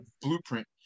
Blueprint